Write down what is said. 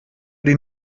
den